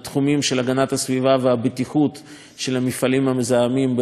הסביבה והבטיחות של המפעלים המזהמים באזור באר-שבע,